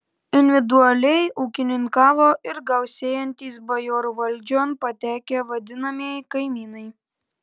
individualiai ūkininkavo ir gausėjantys bajorų valdžion patekę vadinamieji kaimynai